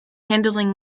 handling